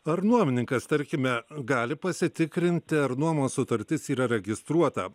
ar nuomininkas tarkime gali pasitikrinti ar nuomos sutartis yra registruota